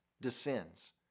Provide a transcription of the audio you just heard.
descends